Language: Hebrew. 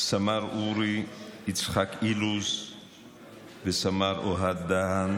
סמ"ר אורי יצחק אילוז וסמ"ר אוהד דהן,